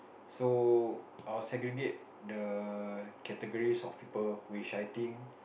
so I will segregate the categories of people which I think